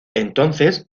entonces